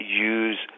use